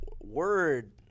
Word